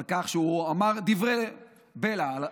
על כך שהוא אמר דברי בלע.